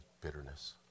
bitterness